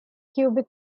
cubic